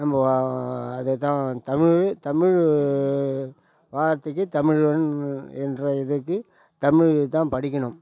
நம்ம அதைதான் தமிழ் தமிழ் வார்த்தைக்கு தமிழன் என்ற இதுக்கு தமிழ் தான் படிக்கணும்